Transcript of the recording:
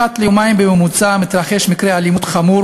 אחת ליומיים בממוצע מתרחש מקרה אלימות חמור